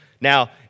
Now